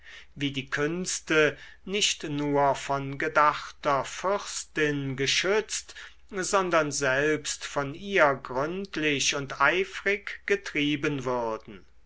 wie die künste nicht nur von gedachter fürstin geschützt sondern selbst von ihr gründlich und eifrig getrieben würden